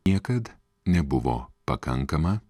niekad nebuvo pakankama